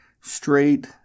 straight